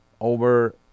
over